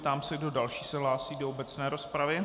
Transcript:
Ptám se, kdo další se hlásí do obecné rozpravy.